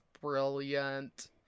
brilliant